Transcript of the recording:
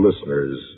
listeners